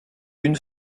une